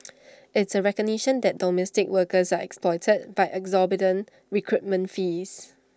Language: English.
it's A recognition that domestic workers are exploited by exorbitant recruitment fees